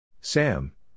Sam